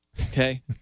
Okay